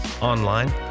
online